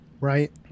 right